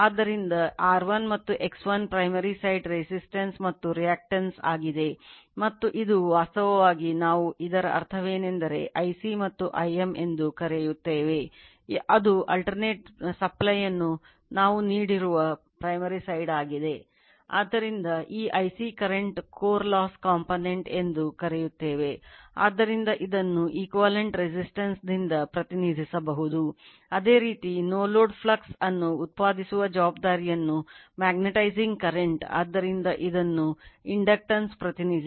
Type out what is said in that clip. ಆದ್ದರಿಂದ ಈ Ic current ಗಳಿಗೆ ಅದು I0 Ic j Im ಅನ್ನು ನೀಡುತ್ತದೆ